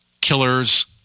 Killers